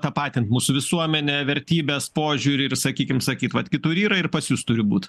tapatint mūsų visuomenę vertybes požiūrį ir sakykim sakyt vat kitur yra ir pas jus turi būt